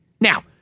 now